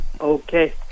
okay